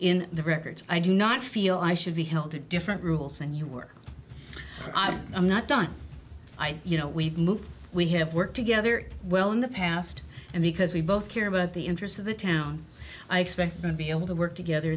in the records i do not feel i should be held to different rules and you work out i'm not done i you know we've moved we have worked together well in the past and because we both care about the interests of the town i expect to be able to work together